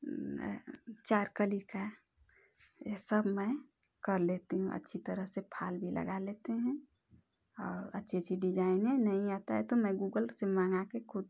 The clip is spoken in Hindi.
चार कली का ये सब मैं कर लेती हूँ अच्छे तरह से फाल भी लगा लेते हैं और अच्छी अच्छी डिज़ाइने नहीं आता है तो मैं गूगल से मँगा के खुद